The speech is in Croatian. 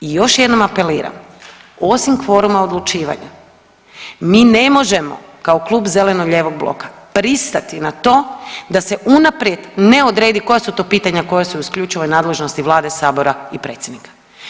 I još jednom apeliram osim kvoruma odlučivanja mi ne možemo kao Klub zeleno-lijevog bloka pristati na to da se unaprijed ne odredi koja su to pitanja koja su u isključivoj nadležnosti vlade, sabora i predsjednika.